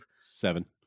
Seven